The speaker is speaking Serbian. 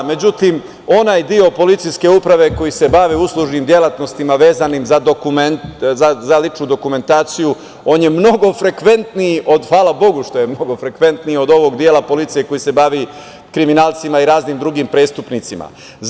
Međutim, onaj deo policijske uprave koji se bave uslužnim delatnostima vezanim za ličnu dokumentaciju, on je mnogo frekventniji, hvala Bogu što je mnogo frekventniji, od ovog dela policije koji se bavi kriminalcima i raznim drugim prestupnicima.